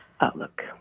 outlook